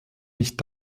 nicht